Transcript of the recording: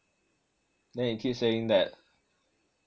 then he keep saying that